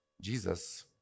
Jesus